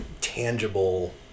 tangible